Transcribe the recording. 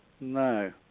No